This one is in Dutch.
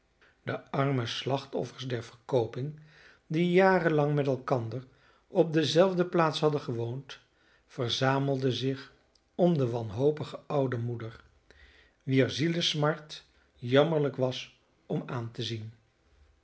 de arme slachtoffers der verkooping die jarenlang met elkander op dezelfde plaats hadden gewoond verzamelden zich om de wanhopige oude moeder wier zielesmart jammerlijk was om aan te zien